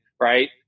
Right